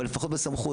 אבל לפחות בסמכות.